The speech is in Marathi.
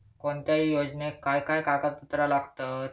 कोणत्याही योजनेक काय काय कागदपत्र लागतत?